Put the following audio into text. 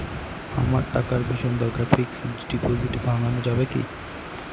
আমার টাকার ভীষণ দরকার ফিক্সট ডিপোজিট ভাঙ্গানো যাবে কি?